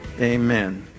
Amen